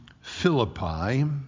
Philippi